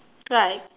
right